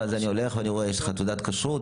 שאני הולך ורואה אם יש תעודת כשרות,